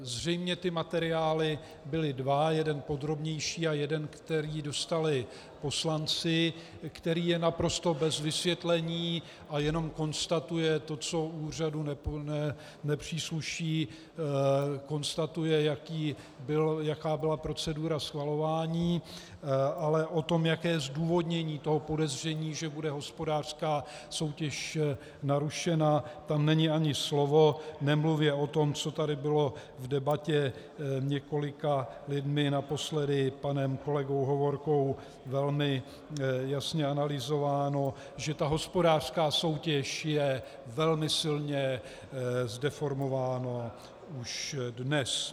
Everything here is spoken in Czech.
Zřejmě materiály byly dva, jeden podrobnější a jeden, který dostali poslanci, který je naprosto bez vysvětlení a jenom konstatuje to, co úřadu nepřísluší, jaká byla procedura schvalování, ale o tom, jaké je zdůvodnění podezření, že bude hospodářská soutěž narušena, tam není ani slovo, nemluvě o tom, co tady bylo v debatě několika lidmi, naposledy panem kolegou Hovorkou, velmi jasně analyzováno, že hospodářská soutěž je velmi silně zdeformována už dnes.